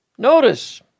Notice